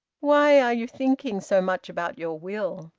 why are you thinking so much about your will?